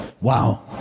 Wow